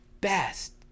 best